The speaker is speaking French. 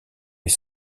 est